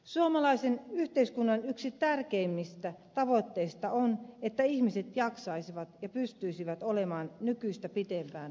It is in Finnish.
suomalaisen yhteiskunnan yksi tärkeimmistä tavoitteista on että ihmiset jaksaisivat ja pystyisivät olemaan nykyistä pitempään työelämässä